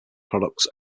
products